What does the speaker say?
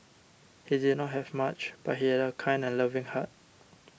he did not have much but he had a kind and loving heart